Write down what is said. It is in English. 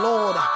Lord